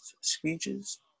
speeches